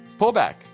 pullback